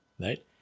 right